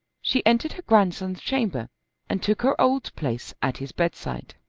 she entered her grandson's chamber and took her old place at his bedside.